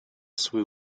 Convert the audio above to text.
свои